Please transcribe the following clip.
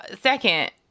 second